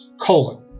colon